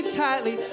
tightly